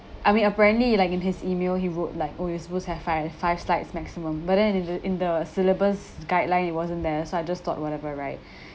I mean apparently like in his email he wrote like oh you're supposed to have five five slides maximum but then in the in the syllabus guideline it wasn't there so I just thought whatever right